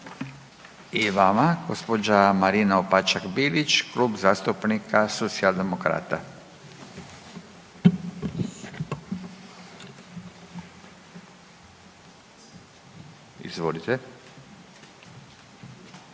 I vama. Gospođa Marina Opačak Bilić, Klub zastupnika Socijaldemokrata. Izvolite.